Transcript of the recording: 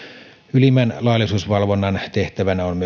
ylimmän laillisuusvalvonnan tehtävänä on